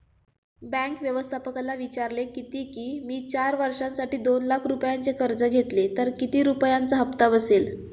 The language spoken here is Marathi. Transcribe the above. बँक व्यवस्थापकाला विचारले किती की, मी चार वर्षांसाठी दोन लाख रुपयांचे कर्ज घेतले तर किती रुपयांचा हप्ता बसेल